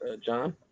John